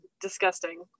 disgusting